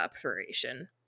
operation